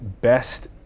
best